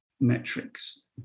metrics